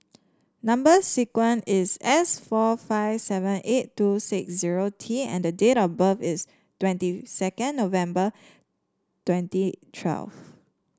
number sequence is S four five seven eight two six zero T and the date of birth is twenty second November twenty twelve